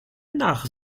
nach